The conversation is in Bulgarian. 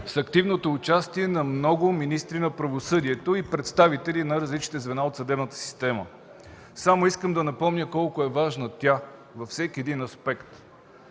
с активното участие на много министри на правосъдието и представители на различните звена от съдебната система. Само искам да напомня колко е важна тя във всеки един аспект.